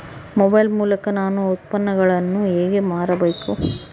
Mobile ಮೂಲಕ ನಾನು ಉತ್ಪನ್ನಗಳನ್ನು ಹೇಗೆ ಮಾರಬೇಕು?